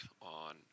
on